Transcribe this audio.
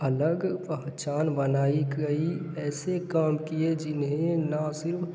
अलग पहचान बनाई गई ऐसे काम किए जिन्हें न सिर्फ